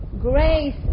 grace